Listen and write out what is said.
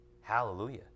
Hallelujah